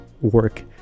work